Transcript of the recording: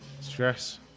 Stress